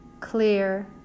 Clear